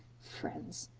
friends!